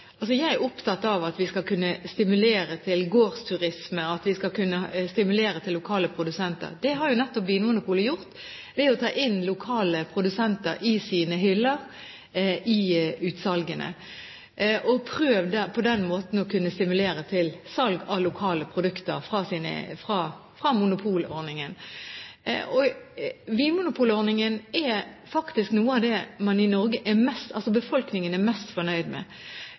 vi skal kunne stimulere til gårdsturisme, og at vi skal kunne stimulere lokale produsenter. Det har jo nettopp Vinmonopolet gjort ved å ta inn lokale produkter i sine utsalgshyller. På den måten har de prøvd å stimulere til salg av lokale produkter fra monopolordningen. Vinmonopolordningen er faktisk noe av det Norges befolkning er mest fornøyd med. Det er